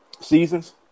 seasons